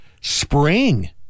Spring